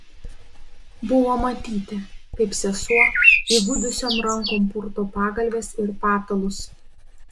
buvo matyti kaip sesuo įgudusiom rankom purto pagalves ir patalus